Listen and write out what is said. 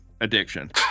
addiction